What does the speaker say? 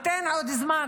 ניתן עוד זמן,